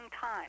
time